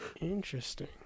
Interesting